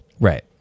right